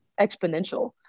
exponential